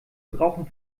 brauchen